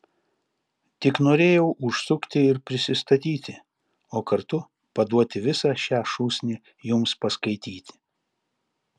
tik norėjau užsukti ir prisistatyti o kartu paduoti visą šią šūsnį jums paskaityti